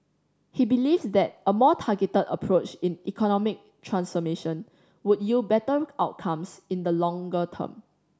he believes that a more targeted approach in economic transformation would yield better outcomes in the longer term